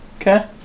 Okay